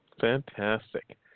Fantastic